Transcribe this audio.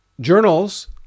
journals